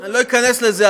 אני לא אכנס לזה,